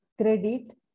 credit